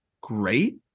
great